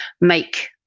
make